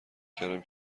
کردم